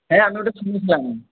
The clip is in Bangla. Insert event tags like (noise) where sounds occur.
হ্যাঁ আমি ওটা শুনেছি (unintelligible)